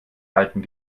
alten